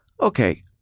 Okay